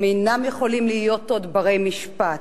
הם אינם יכולים להיות עוד בני משפט.